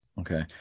Okay